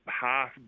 half